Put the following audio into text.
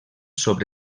sobre